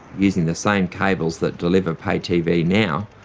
using the same cables that deliver pay-tv now,